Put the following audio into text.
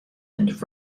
and